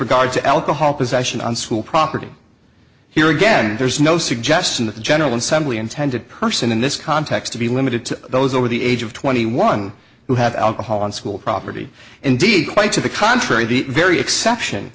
regard to alcohol possession on school property here again there's no suggestion that the general assembly intended person in this context to be limited to those over the age of twenty one who have alcohol on school property indeed quite to the contrary the very exception